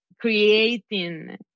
creating